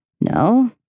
No